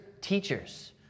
teachers